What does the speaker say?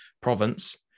province